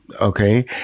okay